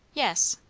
yes.